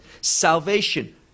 salvation